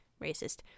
Racist